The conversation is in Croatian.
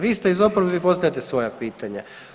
Vi ste iz oporbe i postavljate svoja pitanja.